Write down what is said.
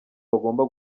bagomba